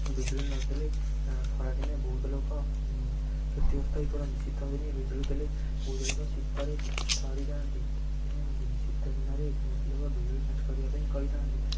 ବିଜୁଳି ନଦେଲେ ଖରାଦିନେ ବହୁତ ଲୋକ କ୍ଷତି ଗ୍ରସ୍ତ ହୋଇ ପଡ଼ନ୍ତି ଶୀତଦିନେ ବିଜୁଳି ଦେଲେ ବହୁତ ଲୋକ ଶୀତରେ ଥରି ଯାଆନ୍ତି ସେଥିପାଇଁ ଶୀତଦିନରେ ବହୁତ ଲୋକ ବିଜୁଳି କାଟ କରିବାପାଇଁ କହିଥାନ୍ତି